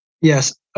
Yes